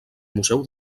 museu